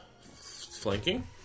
Flanking